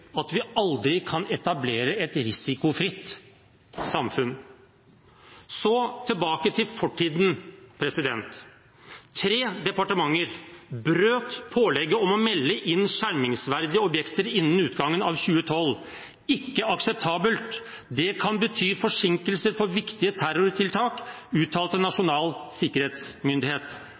at vi aldri kan etablere et risikofritt samfunn. Så tilbake til fortiden. Tre departementer brøt pålegget om å melde inn skjermingsverdige objekter innen utgangen av 2012. «Dette er ikke akseptabelt Dermed kan viktige terrortiltak blir forsinket», uttalte Nasjonal sikkerhetsmyndighet.